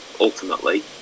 Ultimately